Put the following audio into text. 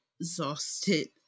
exhausted